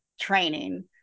training